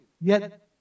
Yet